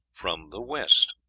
from the west.